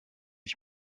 ich